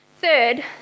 Third